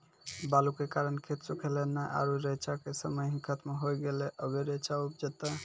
बालू के कारण खेत सुखले नेय आरु रेचा के समय ही खत्म होय गेलै, अबे रेचा उपजते?